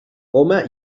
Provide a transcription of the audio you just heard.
poma